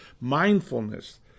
mindfulness